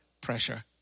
pressure